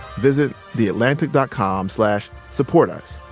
visit theatlantic dot com slash supportus.